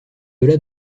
delà